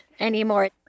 Anymore